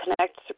connect